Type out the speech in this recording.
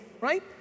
right